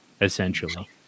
essentially